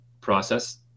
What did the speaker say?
process